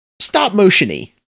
stop-motion-y